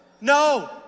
No